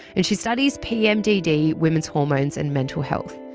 and she studies pmdd, women's hormones and mental health.